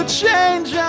change